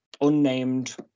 unnamed